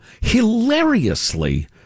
hilariously